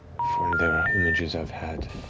for there are images i've had